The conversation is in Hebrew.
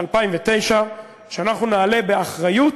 ב-2009, שאנחנו נעלה, באחריות